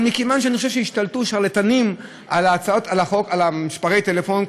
אבל אני חושב שהשתלטו שרלטנים על מספרי הטלפון,